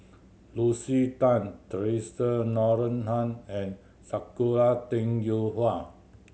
Lucy Tan Theresa Noronha and Sakura Teng Ying Hua